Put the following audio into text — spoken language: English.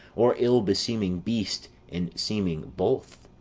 or ill-beseeming beast in seeming both!